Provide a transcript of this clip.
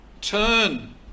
turn